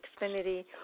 Xfinity